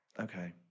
Okay